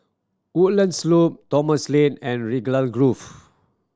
Woodlands Loop Thomson Lane and Raglan Grove